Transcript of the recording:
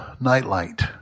Nightlight